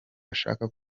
ashaka